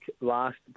last